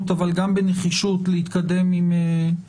אבל גם בנחישות כדי להתקדם עם החוק.